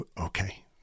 okay